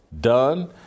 done